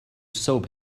soap